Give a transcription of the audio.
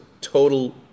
total